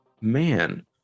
Man